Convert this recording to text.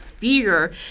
fear